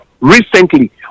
recently